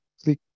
click